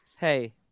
Hey